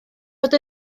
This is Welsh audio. fod